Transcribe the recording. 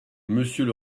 monsieur